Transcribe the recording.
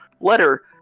letter